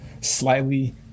slightly